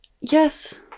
Yes